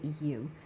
EU